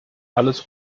alles